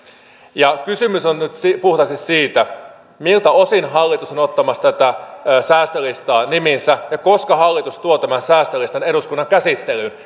kysymys on nyt puhtaasti siitä miltä osin hallitus on ottamassa tätä säästölistaa nimiinsä ja koska hallitus tuo tämän säästölistan eduskunnan käsittelyyn